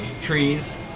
trees